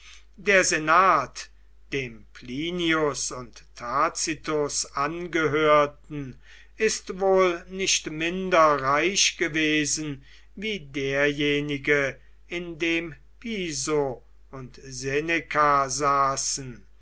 der senat dem plinius und tacitus angehörten ist wohl nicht minder reich gewesen wie derjenige in dem piso und seneca saßen